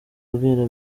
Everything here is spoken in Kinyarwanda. abwira